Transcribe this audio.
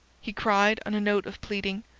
he cried on a note of pleading.